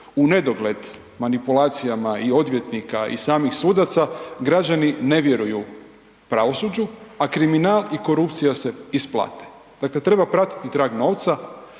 u nedogled manipulacijama i odvjetnika i samih sudaca, građani ne vjeruju pravosuđu, a kriminal i korupcija se isplate. Dakle, treba pratiti trag novca,